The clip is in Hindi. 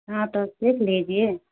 हाँ तो सीख लीजिए